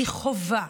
היא חובה,